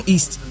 East